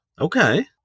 Okay